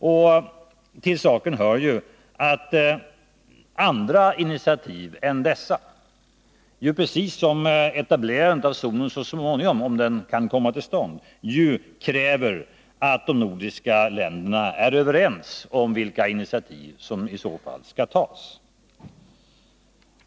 Och till saken hör ju att de nordiska länderna måste vara överens om vilka ytterligare initiativ som eventuellt skall tas.